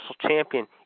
Champion